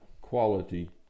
quality